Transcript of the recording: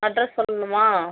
address சொல்லணுமா